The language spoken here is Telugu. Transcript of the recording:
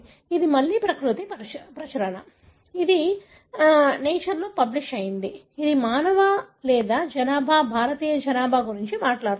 ఇది మళ్ళి ప్రకృతి ప్రచురణ ఇది మానవ లేదా జనాభా భారతీయ జనాభా గురించి మాట్లాడుతుంది